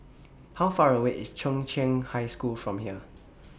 How Far away IS Chung Cheng High School from here